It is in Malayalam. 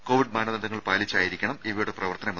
കോവിഡ് മാനദണ്ഡങ്ങൾ പാലിച്ചായിരിക്കണം ഇവയുടെ പ്രവർത്തനം